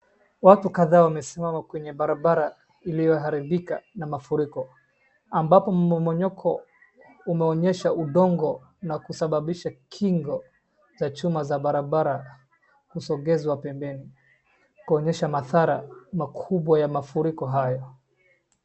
Watu kadhaa wamesimama kwenye barabara iliyoharibika na mafuriko ambapo mmomonyoko umeonyesha udongo na kusababisha kingo za chuma za barabara kusongezwa pembeni kuonyesha mathara makubwa ya mafuriko haya.